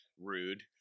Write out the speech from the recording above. Rude